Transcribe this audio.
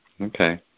okay